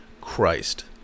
Christ